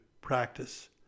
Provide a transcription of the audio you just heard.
practice